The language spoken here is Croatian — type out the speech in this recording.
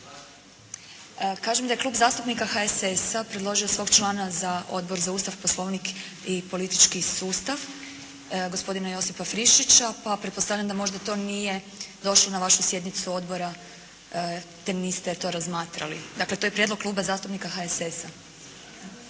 Kažem da je Klub zastupnika HSS-a predložio svog člana za Odbor za Ustav, poslovnik i politički sustav gospodina Josipa Friščića pa pretpostavljam da to možda nije došlo na vašu sjednicu odbora te niste to razmatrali. Dakle, to je prijedlog Kluba zastupnika HSS-a.